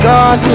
God